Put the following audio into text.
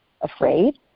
afraid